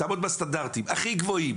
תעמוד בסטנדרטים הכי גבוהים,